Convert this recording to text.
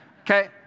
Okay